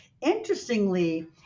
Interestingly